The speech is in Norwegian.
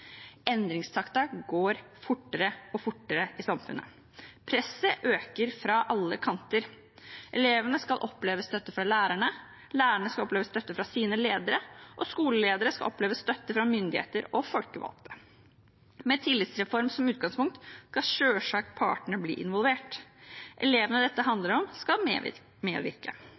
går fortere og fortere i samfunnet. Presset øker fra alle kanter. Elevene skal oppleve støtte fra lærerne, lærerne skal oppleve støtte fra sine ledere, og skolelederne skal oppleve støtte fra myndigheter og folkevalgte. Med tillitsreform som utgangspunkt skal selvsagt partene bli involvert. Elevene dette handler om, skal medvirke,